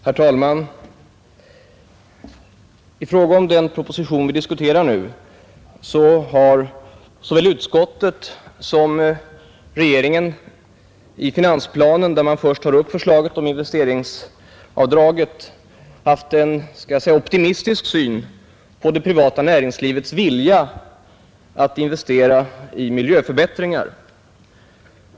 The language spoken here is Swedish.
10 mars 1971 Herr talman! I fråga om den proposition vi nu diskuterar har såväl Förordning om utskottet som regeringen i finansplanen — där man först tog upp förslaget — särskilt investeringsom investeringsavdraget — en optimistisk syn på det privata näringslivets avdrag vid taxering vilja att investera i miljöförbättringar.